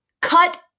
cut